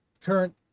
current